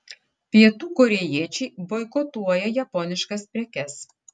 pietų korėjiečiai boikotuoja japoniškas prekes